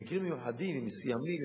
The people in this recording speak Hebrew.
במקרים מיוחדים ומסוימים,